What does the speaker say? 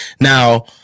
Now